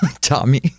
Tommy